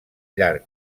llarg